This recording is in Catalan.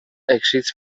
èxits